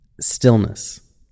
stillness